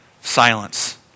Silence